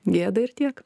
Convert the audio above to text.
gėda ir tiek